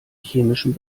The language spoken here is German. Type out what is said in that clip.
chemischen